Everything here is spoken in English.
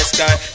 Sky